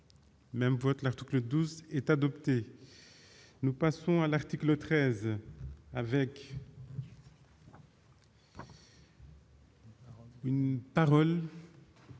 Même votre l'article 12 est adopté, nous passons à l'article 13 avec. Une parole.